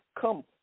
come